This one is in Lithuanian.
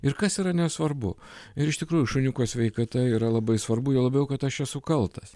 ir kas yra nesvarbu ir iš tikrųjų šuniuko sveikata yra labai svarbu juo labiau kad aš esu kaltas